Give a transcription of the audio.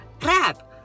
Crap